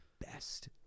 best